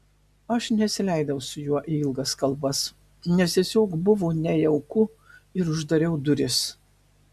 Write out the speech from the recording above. aš nesileidau su juo į ilgas kalbas nes tiesiog buvo nejauku ir uždariau duris